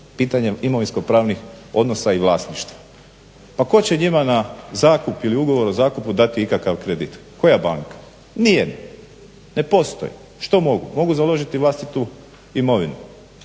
posto imovinsko pravnih odnosa i vlasništva. Pa tko će njima na zakup ili ugovor o zakupu dati ikakav kredit, koja banka ? Nijedna. Ne postoji. Što mogu? Mogu založiti vlastitu imovinu.